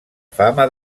fama